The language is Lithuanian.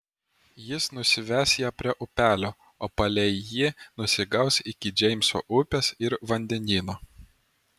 jis nusives ją prie upelio o palei jį nusigaus iki džeimso upės ir vandenyno